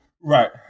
Right